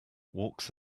walks